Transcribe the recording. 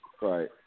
right